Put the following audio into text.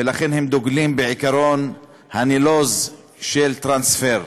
ולכן הם דוגלים בעקרון הנלוז של טרנספר.